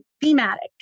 thematic